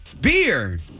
Beer